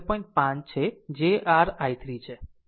5 છે જે r i3 છે